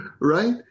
Right